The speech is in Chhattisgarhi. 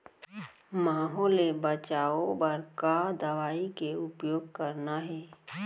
माहो ले बचाओ बर का दवई के उपयोग करना हे?